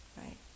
right